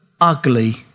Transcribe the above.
ugly